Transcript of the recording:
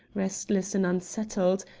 restless and unsettled,